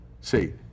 See